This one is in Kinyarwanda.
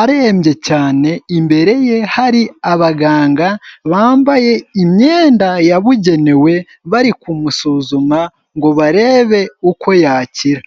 arembye cyane, imbere ye hari abaganga bambaye imyenda yabugenewe, bari kumusuzuma ngo barebe uko yakira.